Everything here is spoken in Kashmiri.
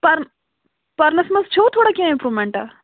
پر پرنس منٛز چھِوٕ تھوڑا کیٚنٛہہ امپروٗمنٛٹا